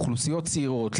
אוכלוסיות צעירות,